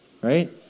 right